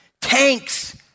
tanks